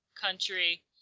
country